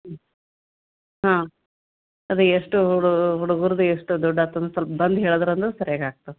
ಹ್ಞೂ ಹಾಂ ಅದೇ ಎಷ್ಟು ಹುಡುಗರ್ದು ಎಷ್ಟು ದುಡ್ಡು ಆಗ್ತದಂತ ಸ್ವಲ್ಪ್ ಬಂದು ಹೇಳಿದ್ರ್ ಅಂದ್ರೆ ಸರ್ಯಾಗಿ ಆಗ್ತದೆ